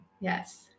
Yes